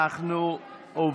אנחנו עוברים,